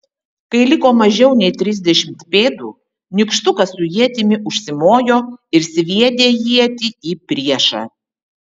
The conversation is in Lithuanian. kai liko mažiau nei trisdešimt pėdų nykštukas su ietimi užsimojo ir sviedė ietį į priešą